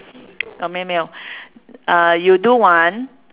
uh 没没有 uh you do one